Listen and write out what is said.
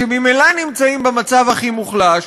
שממילא נמצאים במצב הכי מוחלש,